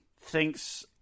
thinks